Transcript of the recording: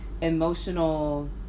emotional